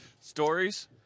Stories